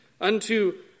unto